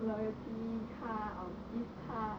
loyalty card or gift card